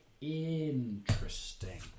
interesting